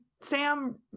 Sam